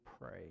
pray